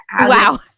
wow